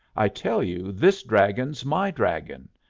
i tell you this dragon's my dragon.